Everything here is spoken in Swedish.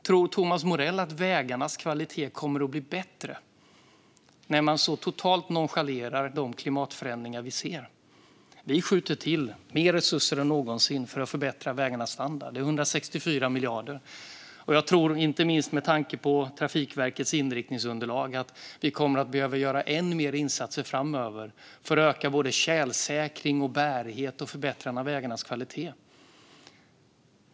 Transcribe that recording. Tror Thomas Morell att vägarnas kvalitet kommer att bli bättre när man så totalt nonchalerar de klimatförändringar vi ser? Vi skjuter till mer resurser än någonsin för att förbättra vägarnas standard. Det är 164 miljarder. Jag tror, inte minst med tanke på Trafikverkets inriktningsunderlag, att vi kommer att behöva göra än mer insatser framöver för att öka både tjälsäkring och bärighet och förbättring av vägarnas kvalitet.